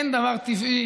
אין דבר טבעי,